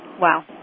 Wow